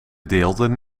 deelden